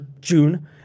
June